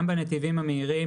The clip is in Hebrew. גם בנתיבים המהירים,